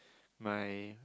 my